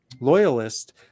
loyalist